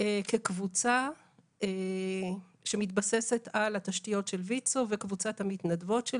כקבוצה שמתבססת על התשתיות של ויצו וקבוצת המתנדבות של